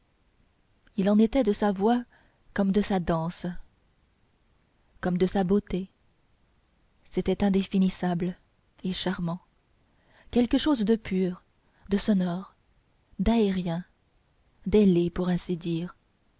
il en était de sa voix comme de sa danse comme de sa beauté c'était indéfinissable et charmant quelque chose de pur de sonore d'aérien d'ailé pour ainsi dire